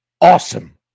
awesome